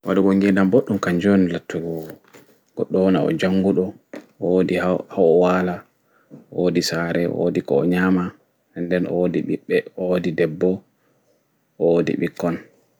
Waɗugo ngeɗam ɓoɗɗum kanju on goɗɗo wona o janguɗo owoɗi ha o wala woɗi saare ko'o nyama nɗen o woɗi ɗeɓɓo